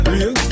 Real